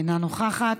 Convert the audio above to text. אינה נוכחת,